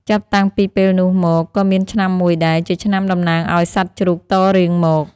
ចាប់តាំងពីពេលលនុះមកក៏មានឆ្នាំមួយដែល ជាឆ្នាំដំណាងអោយសត្វជ្រូកតរៀងមក។